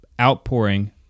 outpouring